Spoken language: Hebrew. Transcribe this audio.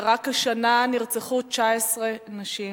ורק השנה נרצחו 19 נשים.